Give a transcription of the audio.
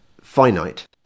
finite